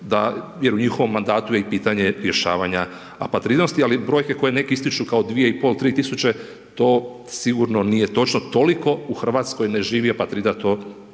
jer u njihovom mandatom je pitanje rješavanja apatridnosti, ali brojke koji neki ističu kao 2,5, 3 tisuće, to sigurno nije točno, toliko u Hrvatskoj ne živi apatrida to